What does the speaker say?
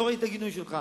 לא ראיתי את הגינוי שלך.